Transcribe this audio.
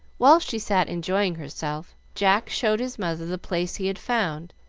while she sat enjoying herself, jack showed his mother the place he had found,